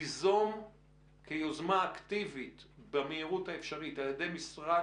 ליזום כיוזמה אקטיבית במהירות האפשרית על ידי משרד